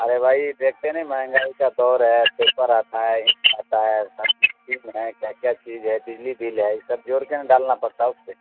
ارے بھائی دیکھتے نہیں مہنگائی کا دور ہے پیپر آتا ہے انک آتا ہے میں نے کیا کیا چیز ہے بجلی بل ہے یہ سب جوڑ کے نا ڈالنا پڑتا ہے اس پہ